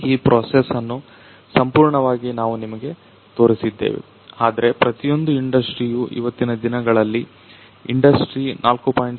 ಈ ಪ್ರೊಸೆಸ್ ಅನ್ನು ಸಂಪೂರ್ಣವಾಗಿ ನಾವು ನಿಮಗೆ ತೋರಿಸಿದ್ದೇವೆ ಆದ್ರೆ ಪ್ರತಿಯೊಂದು ಇಂಡಸ್ಟ್ರಿಯೂ ಇವತ್ತಿನ ದಿನಗಳಲ್ಲಿ ಇಂಡಸ್ಟ್ರಿ4